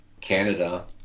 Canada